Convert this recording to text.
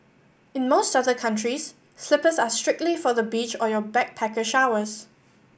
in most other countries slippers are strictly for the beach or your backpacker showers